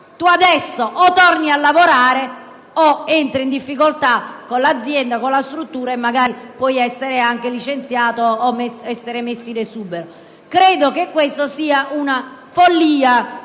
«Tu, adesso, o torni a lavorare, o entri in difficoltà con l'azienda e con la struttura e magari puoi essere anche licenziato o messo in esubero». Credo sia una follia.